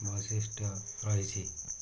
ବୈଶିଷ୍ଟ୍ୟ ରହିଛି